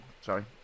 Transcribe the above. sorry